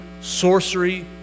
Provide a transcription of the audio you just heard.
sorcery